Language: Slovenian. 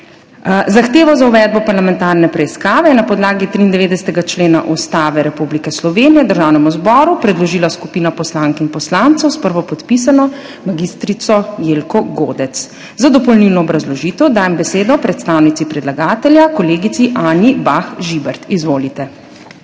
Zahtevo za uvedbo parlamentarne preiskave je na podlagi 93. člena Ustave Republike Slovenije Državnemu zboru predložila skupina poslank in poslancev s prvopodpisano mag. Jelko Godec. Za dopolnilno obrazložitev dajem besedo predstavnici predlagatelja, kolegici Anji Bah Žibert. Izvolite.